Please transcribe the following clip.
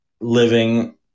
living